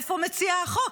איפה מציע החוק?